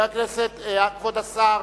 כבוד השר.